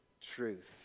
truth